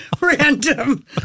random